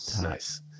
nice